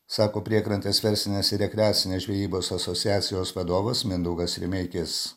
sako priekrantės verslinės rekreacinės žvejybos asociacijos vadovas mindaugas rimeikis